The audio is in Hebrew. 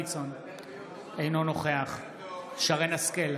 אינו נוכח שרן מרים השכל,